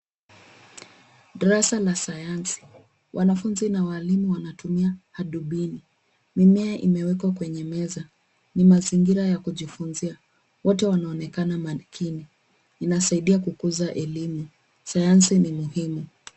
Darasa la sayansi. Wanafunzi na walimu wanatumia hadubini. Mimea imewekwa kwenye meza. Ni mazingira ya kujifunzia. Wote wanaonekana makini. Inasaadia kukuza elimu. Sayansi ni muhimu.